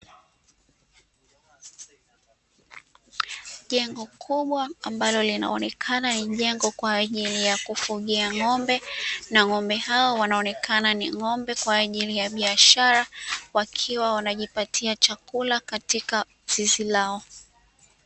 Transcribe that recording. Jengo kubwa ambalo linaonekana ni jengo kwaajili ya kufugia ng'ombe, na ng'ombe hao wanaonekana ni ng'ombe kwa ajili ya biashara, wakiwa wanajipatia chakula katika zizi lao.